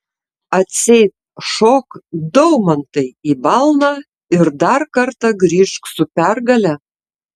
atseit šok daumantai į balną ir dar kartą grįžk su pergale